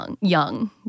young